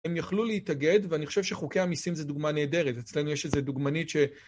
הם יכלו להתאגד, ואני חושב שחוקי המיסים זה דוגמה נהדרת, אצלנו יש איזו דוגמנית ש...